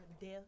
death